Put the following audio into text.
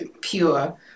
Pure